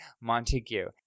Montague